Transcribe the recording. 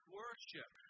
worship